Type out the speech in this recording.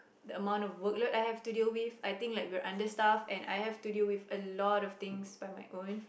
the amount of work load I have to deal with I think we're understaffed and I have to deal with a lot of things by my own